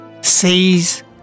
seize